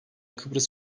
kıbrıs